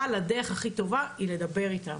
אבל הדרך הכי טובה היא לדבר איתם,